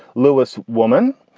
louis woman.